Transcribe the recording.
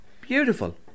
beautiful